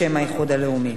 בשם האיחוד הלאומי.